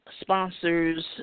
sponsors